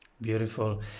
Beautiful